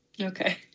okay